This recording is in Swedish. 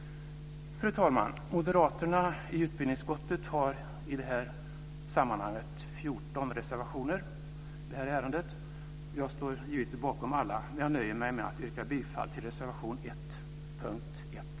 Fru talman! Moderaterna i utbildningsutskottet har 14 reservationer i detta betänkande. Jag står givetvis bakom alla, men jag nöjer mig med att yrka bifall till reservation 1 under punkt 1.